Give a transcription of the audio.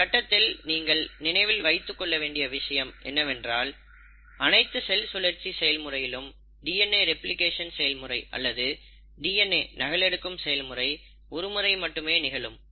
இந்த கட்டத்தில் நீங்கள் நினைவில் வைத்துக் கொள்ள வேண்டிய விஷயம் என்னவென்றால் அனைத்து செல் சுழற்சி செயல் முறையிலும் டிஎன்ஏ ரெப்ளிகேஷன் செயல்முறை அல்லது டிஎன்ஏ நகலெடுக்கும் செயல்முறை ஒரு முறை மட்டுமே நிகழும்